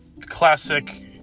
classic